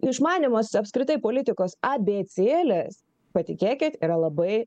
išmanymas apskritai politikos abėcėlės patikėkit yra labai